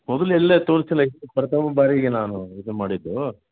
ಮೊದ್ಲು ಎಲ್ಲೂ ತೋರಿಸಿಲ್ಲ ಪ್ರಥಮ ಬಾರಿಗೆ ನಾನು ಇದು ಮಾಡಿದ್ದು